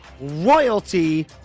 royalty